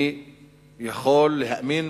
אני יכול להאמין